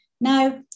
Now